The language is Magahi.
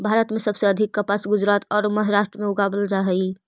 भारत में सबसे अधिक कपास गुजरात औउर महाराष्ट्र में उगावल जा हई